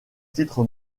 titre